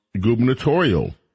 gubernatorial